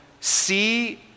see